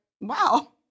wow